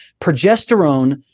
Progesterone